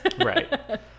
Right